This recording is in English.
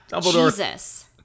Jesus